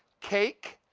cake,